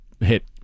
hit